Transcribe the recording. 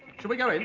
shall we go